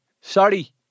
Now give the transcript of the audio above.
sorry